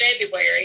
February